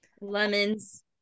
Lemons